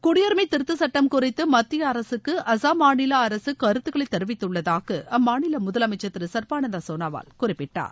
குடியுரிமை திருத்தச் சுட்டம் குறித்து மத்திய அரசுக்கு அசாம் மாநில அரசு கருத்துகளை தெரிவித்துள்ளதாக அம்மாநில முதலமைச்சர் திரு சர்பானந்த சோனோவால் குறிப்பிட்டார்